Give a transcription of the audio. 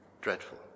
dreadful